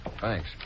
thanks